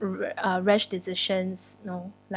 a ra~ uh rash decisions know like